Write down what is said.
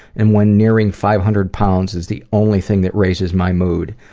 and when nearing five hundred lbs. is the only thing that raises my mood.